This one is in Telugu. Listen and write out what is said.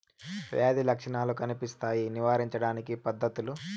వ్యాధి లక్షణాలు కనిపిస్తాయి నివారించడానికి పద్ధతులు?